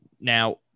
now